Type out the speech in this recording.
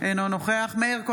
אינו נוכח מאיר כהן,